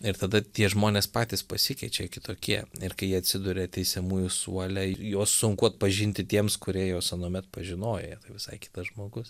ir tada tie žmonės patys pasikeičia kitokie ir kai jie atsiduria teisiamųjų suole juos sunku atpažinti tiems kurie juos anuomet pažinojo tai visai kitas žmogus